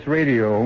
Radio